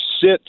sit